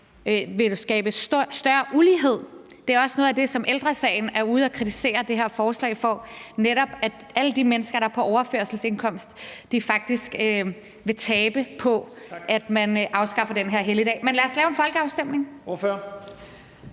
vil skabe større ulighed. Det er også noget af det, som Ældre Sagen er ude at kritisere det her forslag for, altså at alle de mennesker, der er på overførselsindkomst, faktisk vil tabe på, at man afskaffer den her helligdag. Men lad os lave en folkeafstemning.